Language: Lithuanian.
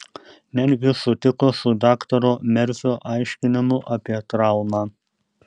netgi sutiko su daktaro merfio aiškinimu apie traumą